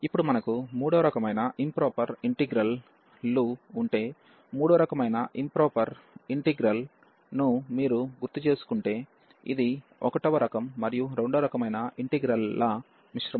ఇప్పుడు మనకు 3 వ రకమైన ఇంప్రాపర్ ఇంటిగ్రల్ లు ఉంటే మూడవ రకమైన ఇంప్రాపర్ ఇంటిగ్రల్ ను మీరు గుర్తు చేసుకుంటే ఇది 1వ రకం మరియు 2వ రకమైన ఇంటిగ్రల్ ల మిశ్రమం